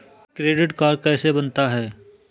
Credit card कैसे बनता है?